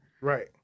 Right